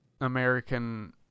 American